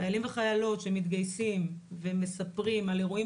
חיילים וחיילות שמתגייסים והם מספרים על אירועים